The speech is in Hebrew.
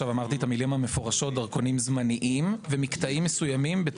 אמרתי את המילים המפורשות דרכונים זמניים ומקטעים מסוימים.